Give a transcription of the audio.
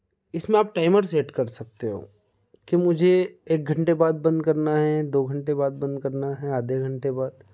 इसमें आप timer set कर सकते हो के मुझे एक घंटे बाद बंद करना है दो घंटे बाद बंद करना है आधे घंटे बाद